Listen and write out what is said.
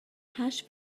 hash